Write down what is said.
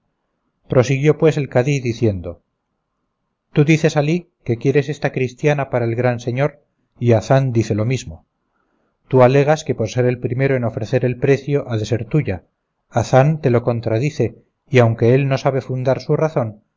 prosiguió pues el cadí diciendo tú dices alí que quieres esta cristiana para el gran señor y hazán dice lo mismo tú alegas que por ser el primero en ofrecer el precio ha de ser tuya hazán te lo contradice y aunque él no sabe fundar su razón